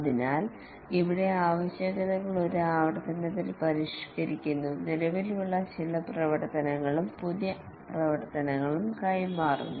അതിനാൽ ഇവിടെ ആവശ്യകതകൾ ഒരു ആവർത്തനത്തിൽ പരിഷ്ക്കരിക്കുന്നു നിലവിലുള്ള ചില പ്രവർത്തനങ്ങളും പുതിയ പ്രവർത്തനങ്ങളും കൈമാറുന്നു